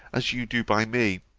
as you do by me